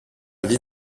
vie